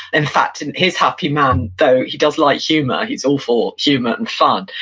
in fact, in his happy man though, he does like humor. he's all for humor and fun.